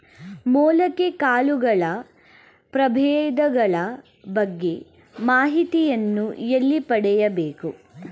ಮೊಳಕೆ ಕಾಳುಗಳ ಪ್ರಭೇದಗಳ ಬಗ್ಗೆ ಮಾಹಿತಿಯನ್ನು ಎಲ್ಲಿ ಪಡೆಯಬೇಕು?